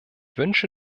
wünsche